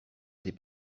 des